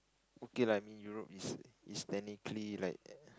okay lah I mean Europe is is technically like